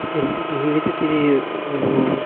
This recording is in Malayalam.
എൻ്റെ ജീവിതത്തിലെ ഒരു